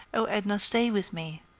oh! edna, stay with me,